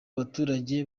abaturage